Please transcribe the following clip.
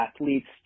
athletes